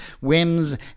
whims